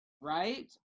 Right